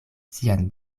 sian